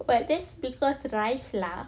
but that's because rice lah